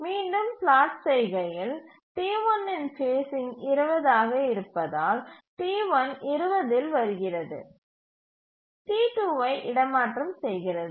மீண்டும் பிளாட் செய்கையில் T1இன் ஃபேஸ்சிங் 20 ஆக இருப்பதால் T1 20 தில் வருகிறது T2 ஐ இடமாற்றம் செய்கிறது